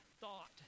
thought